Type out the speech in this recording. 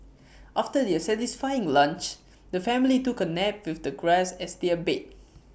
after their satisfying lunch the family took A nap with the grass as their bed